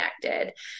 connected